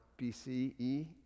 BCE